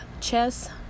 chess